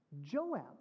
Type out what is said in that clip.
Joab